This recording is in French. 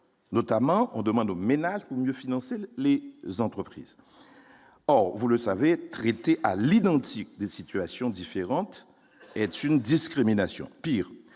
notamment, on demande aux ménages pour mieux financer les entreprises, or vous le savez, à l'identique des situations différentes est une discrimination pire